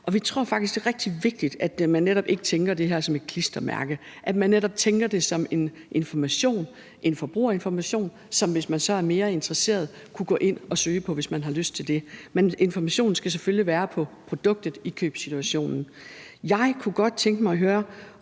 og vi tror faktisk, det er rigtig vigtigt, at man netop ikke tænker på det her som et klistermærke, men at man netop tænker på det som en information, en forbrugerinformation, som folk, hvis de er mere interesseret, kan gå ind og søge på, hvis de har lyst til det. Men informationen skal selvfølgelig være på produktet i købssituationen. Jeg kunne godt tænke mig at høre,